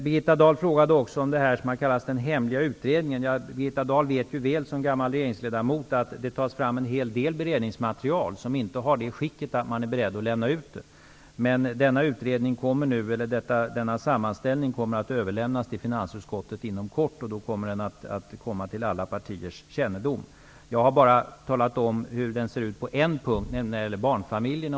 Birgitta Dahl frågade också om det som har kallats den hemliga utredningen. Birgitta Dahl vet ju väl som gammal regeringsledamot att det tas fram en hel del beredningsmaterial som inte har det skicket att man är beredd att lämna ut det. Men denna sammanställning kommer att överlämnas till finansutskottet inom kort, och då kommer den till alla partiers kännedom. Jag har bara talat om hur den ser ut på en punkt, nämligen när det gäller barnfamiljerna.